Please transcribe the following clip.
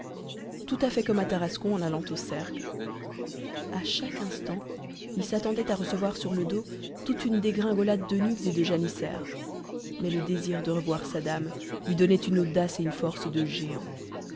tout à fait comme à tarascon en allant au cercle a chaque instant il s'attendait à recevoir sur le dos toute une dégringolade d'eunuques et de janissaires mais le désir de revoir sa dame lui donnait une audace et une force de géant